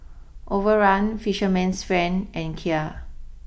Overrun Fisherman's Friend and Kia